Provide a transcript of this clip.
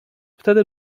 wtedy